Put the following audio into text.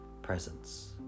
presence